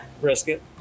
Brisket